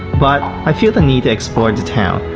but i feel the need to explore the town,